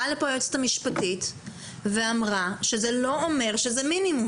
באה היועצת המשפטית ואמרה שזה לא אומר שזה מינימום